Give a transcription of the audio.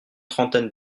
trentaine